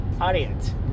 Audience